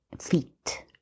feet